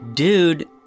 Dude